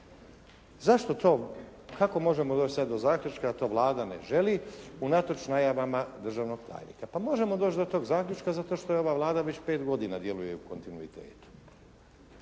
Zašto to, kako možemo doći sad do zaključka da to Vlada ne želi unatoč najavama državnog tajnika? Pa možemo doći do tog zaključka zato što je ova Vlada već 5 godina djeluje u kontinuitetu.